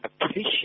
appreciate